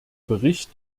bericht